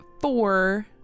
four